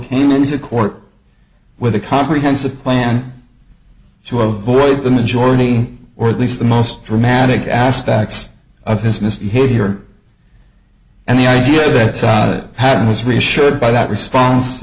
came into court with a comprehensive plan to avoid the majority or at least the most dramatic aspects of his misbehavior and the idea that saw it happen was reassured by that response